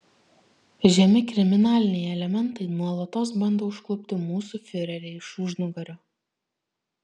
žemi kriminaliniai elementai nuolatos bando užklupti mūsų fiurerį iš užnugario